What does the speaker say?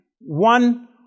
one